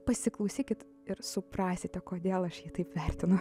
pasiklausykit ir suprasite kodėl aš jį taip vertinu